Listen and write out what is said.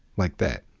like that.